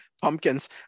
pumpkins